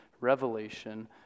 revelation